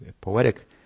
poetic